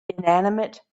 inanimate